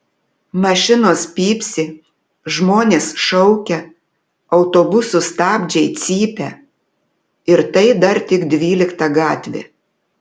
mašinos pypsi žmonės šaukia autobusų stabdžiai cypia ir tai dar tik dvylikta gatvė